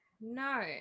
No